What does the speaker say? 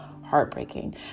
heartbreaking